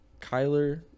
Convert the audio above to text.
Kyler